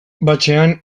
batzean